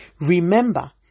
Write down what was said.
Remember